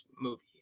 movie